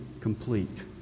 complete